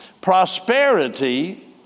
Prosperity